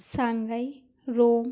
Shanghai rom